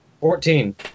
Fourteen